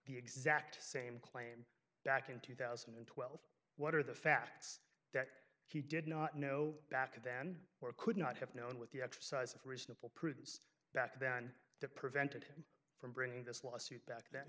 the exact same claim back in two thousand and twelve what are the facts that he did not know back then or could not have known with the exercise of reasonable prudence back then that prevented from bringing this lawsuit back then